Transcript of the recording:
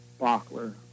Bachler